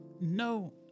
no